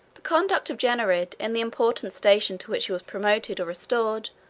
the conduct of gennerid in the important station to which he was promoted or restored,